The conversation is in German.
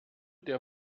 der